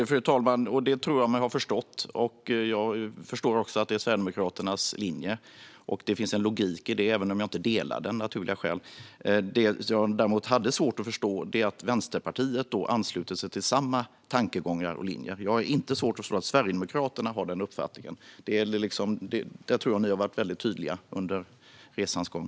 Fru talman! Det tror jag mig ha förstått. Jag förstår också att det är Sverigedemokraternas linje. Det finns en logik i det, även om jag naturligtvis inte delar deras syn av naturliga skäl. Det jag däremot hade svårt att förstå är att Vänsterpartiet har anslutit sig till samma tankegångar och linje. Jag har som sagt inte svårt att förstå att Sverigedemokraterna har denna uppfattning, för där tycker jag att ni har varit tydliga under resans gång.